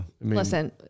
Listen